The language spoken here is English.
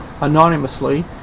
anonymously